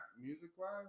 music-wise